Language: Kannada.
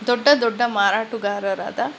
ದೊಡ್ಡ ದೊಡ್ಡ ಮಾರಾಟಗಾರರಾದ